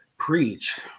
preach